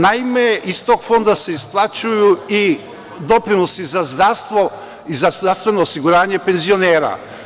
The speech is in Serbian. Naime, iz tog fonda se isplaćuju i doprinosi za zdravstvo i za zdravstveno osiguranje penzionera.